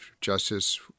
justice